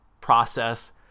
process